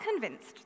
convinced